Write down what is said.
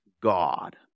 God